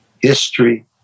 History